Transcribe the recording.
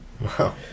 Wow